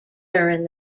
during